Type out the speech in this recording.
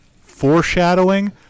foreshadowing